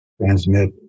transmit